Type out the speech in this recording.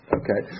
okay